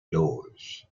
doors